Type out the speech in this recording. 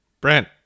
Brent